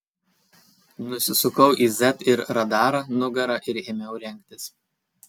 nusisukau į z ir radarą nugara ir ėmiau rengtis